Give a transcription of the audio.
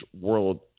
world